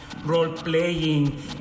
role-playing